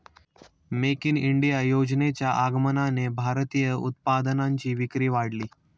make in India योजनेच्या आगमनाने भारतीय उत्पादनांची विक्री वाढली